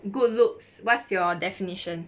good looks what's your definition